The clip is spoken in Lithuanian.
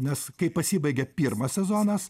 nes kai pasibaigė pirmas sezonas